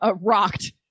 rocked